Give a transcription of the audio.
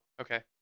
Okay